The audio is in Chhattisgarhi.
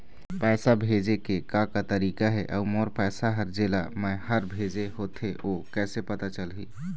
पैसा भेजे के का का तरीका हे अऊ मोर पैसा हर जेला मैं हर भेजे होथे ओ कैसे पता चलही?